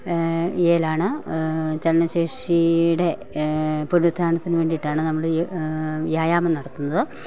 യേലാണ് ചലനശേഷിയുടെ പുനരുത്ഥാനത്തിനു വേണ്ടിയിട്ടാണ് നമ്മളീ വ്യായാമം നടത്തുന്നത്